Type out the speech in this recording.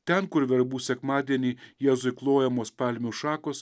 ten kur verbų sekmadienį jėzui klojamos palmių šakos